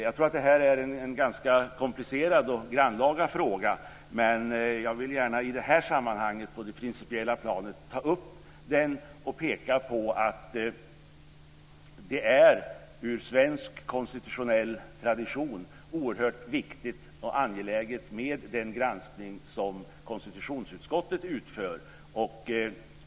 Jag tror att detta är en ganska komplicerad och grannlaga fråga, men jag vill gärna i det här sammanhanget ta upp den på det principiella planet och peka på att det med tanke på svensk konstitutionell tradition är oerhört viktigt och angeläget med den granskning som konstitutionsutskottet utför.